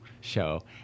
show